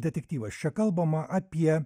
detektyvas čia kalbama apie